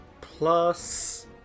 plus